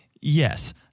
yes